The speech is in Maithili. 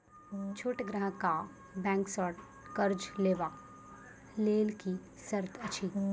छोट ग्राहक कअ बैंक सऽ कर्ज लेवाक लेल की सर्त अछि?